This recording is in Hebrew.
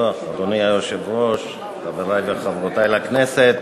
אדוני היושב-ראש, תודה, חברי וחברותי לכנסת,